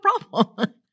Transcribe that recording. problem